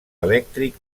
elèctric